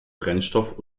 brennstoff